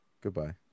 goodbye